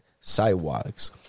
sidewalks